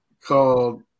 called